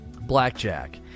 blackjack